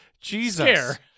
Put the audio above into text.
Jesus